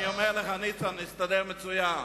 אני אומר לך, ניצן, נסתדר מצוין.